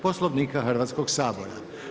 Poslovnika Hrvatskog sabora.